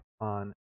on